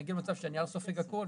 שנגיע למצב שהנייר סופג הכול,